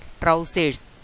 trousers